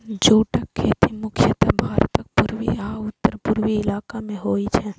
जूटक खेती मुख्यतः भारतक पूर्वी आ उत्तर पूर्वी इलाका मे होइ छै